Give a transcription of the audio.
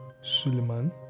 Suleiman